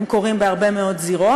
הם קורים בהרבה מאוד זירות.